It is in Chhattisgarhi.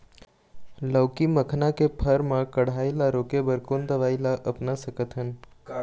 लाउकी मखना के फर मा कढ़ाई ला रोके बर कोन दवई ला अपना सकथन?